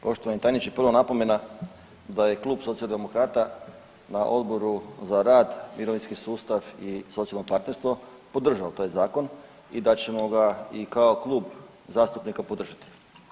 Poštovani tajniče, prva napomena da je klub Socijaldemokrata na odboru za rad, mirovinski sustav i socijalno partnerstvo podržao taj zakon i da ćemo ga i kao klub zastupnika podržati.